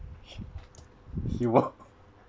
he will